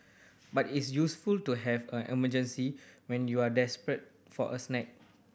but it's useful to have a emergency when you are desperate for a snack